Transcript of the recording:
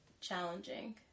challenging